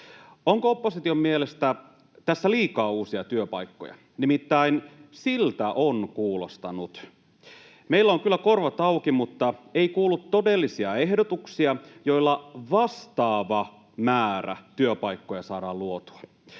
Onko opposition mielestä tässä liikaa uusia työpaikkoja? Nimittäin siltä on kuulostanut. Meillä on kyllä korvat auki, mutta ei kuulu todellisia ehdotuksia, joilla vastaava määrä työpaikkoja saadaan luotua.